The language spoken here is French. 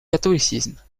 catholicisme